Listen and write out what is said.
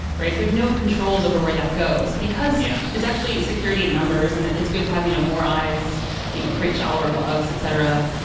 right? there's no controls over where that goes, because yeah there's actually security in numbers and it's good to have you know more eyes you know create shallower bugs, etc.